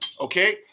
Okay